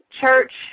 church